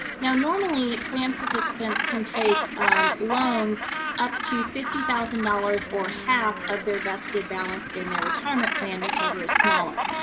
now, normally, plan participants can take loans up to fifty thousand dollars or half of their vested balance in their retirement plan, whichever is smaller.